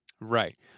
Right